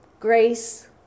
Grace